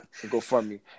GoFundMe